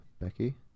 Becky